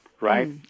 right